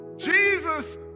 Jesus